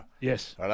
Yes